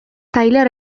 tailer